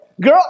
Girl